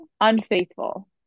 unfaithful